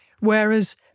Whereas